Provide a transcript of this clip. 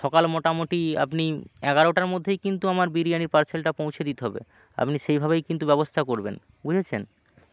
সকাল মোটামুটি আপনি এগারোটার মধ্যেই কিন্তু আমার বিরিয়ানির পার্সেলটা পৌঁছে দিতে হবে আপনি সেইভাবেই কিন্তু ব্যবস্থা করবেন বুঝেছেন